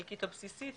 חלקית או בסיסית,